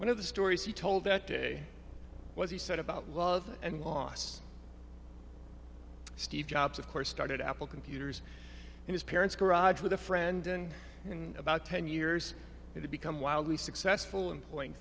one of the stories he told that day was he said about love and loss steve jobs of course started apple computers and his parents garage with a friend and in about ten years it had become wildly successful employing